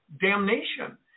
damnation